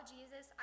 Jesus